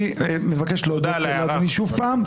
אני מודה מאדוני שוב.